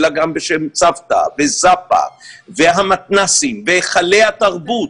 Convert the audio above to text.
אלא גם בשם צוותא וזאפה והמתנ"סים והיכלי התרבות,